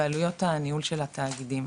ועלויות הניהול של התאגידים,